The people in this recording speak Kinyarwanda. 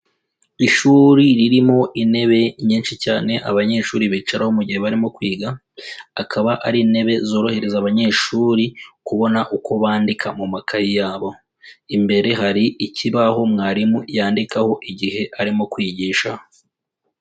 Ishuri ririmo intebe nyinshi cyane abanyeshuri bicaraho mu gihe barimo kwiga, akaba ari intebe zorohereza abanyeshuri kubona uko bandika mu mu makayi yabo, imbere hari ikibaho mwarimu yandikaho igihe arimo kwigisha.